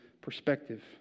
perspective